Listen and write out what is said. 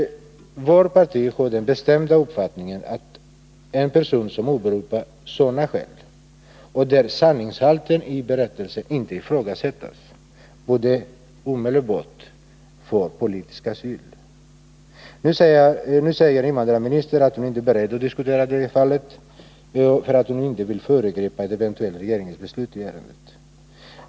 Vårt parti har den bestämda uppfattningen att en person som kan åberopa sådana skäl och där sanningshalten i berättelsen inte ifrågasättes omedelbart borde få politisk asyl. Nu säger invandrarministern att hon inte är beredd att diskutera fallet, för hon vill inte föregripa ett eventuellt regeringsbeslut i ärendet.